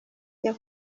jya